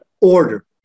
order